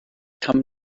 come